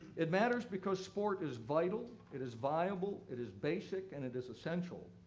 it matters because sport is vital, it is viable, it is basic and it is essential.